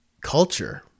culture